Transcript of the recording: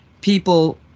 people